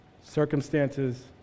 Circumstances